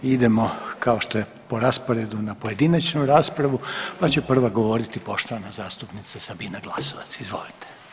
Idemo kao što je po rasporedu na pojedinačnu raspravu, pa će prva govoriti poštovana zastupnicu Sabina Glasovac, izvolite.